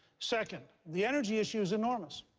second, the energy issue is enormous.